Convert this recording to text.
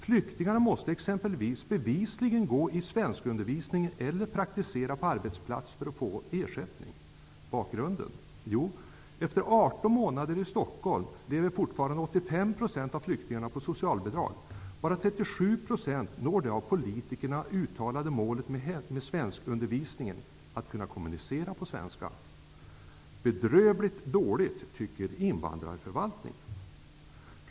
Flyktingarna måste exempelvis bevisligen gå i svenskundervisning eller praktisera på arbetsplats för att få ersättning. Bakgrunden är den, att efter 18 månader i Stockholm lever fortfarande 85 % av flyktingarna på socialbidrag. Bara 37 % når det av politikerna uttalade målet med svenskundervisningen, att kunna kommunicera på svenska. ''Bedrövligt dåligt'', tycker invandrarförvaltningen.